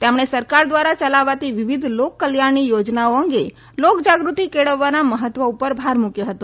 તેમણે સરકાર દ્વારા ચલાવાતી વિવિધ લોકકલ્યાણની થોજનાઓ અંગે લોક જાગૃતિ કેળવવાના મહત્વ ઉપર ભાર મૂક્યો હતો